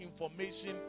information